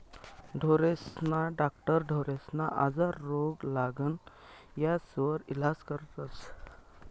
ढोरेस्ना डाक्टर ढोरेस्ना आजार, रोग, लागण यास्वर इलाज करस